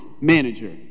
manager